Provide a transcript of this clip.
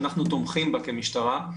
שאנחנו תומכים בה כמשטרה,